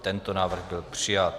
Tento návrh byl přijat.